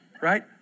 Right